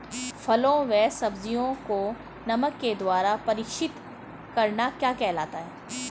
फलों व सब्जियों को नमक के द्वारा परीक्षित करना क्या कहलाता है?